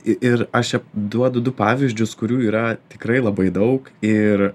i ir aš čia duodu du pavyzdžius kurių yra tikrai labai daug ir